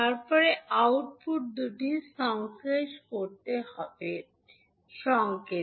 তারপরে আউটপুট দুটি সংশ্লেষ হবে সংকেত